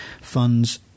funds